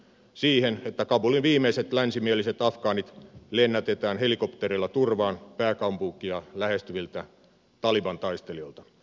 siihen että kabulin viimeiset länsimieliset afgaanit lennätetään helikoptereilla turvaan pääkaupunkia lähestyviltä taliban taistelijoilta